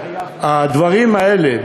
הדברים האלה,